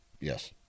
Yes